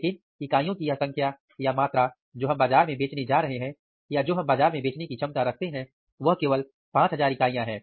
लेकिन इकाइयों की वह संख्या या मात्रा जो हम बाजार में बेचने जा रहे हैं या जो हम बाजार में बेचने की क्षमता रखते हैं वह केवल 5000 इकाइयां हैं